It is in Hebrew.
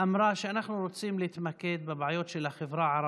אמרה שאנחנו רוצים להתמקד בבעיות של החברה הערבית,